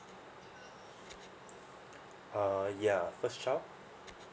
err yeah first child